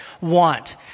want